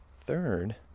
third